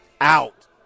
Out